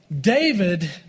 David